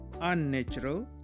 Unnatural